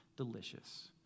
delicious